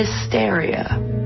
Hysteria